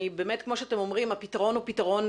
באמת כמו שאתם אומרים הפתרון הוא פתרון